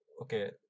okay